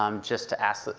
um just to ask,